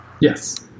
yes